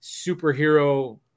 superhero